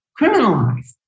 criminalized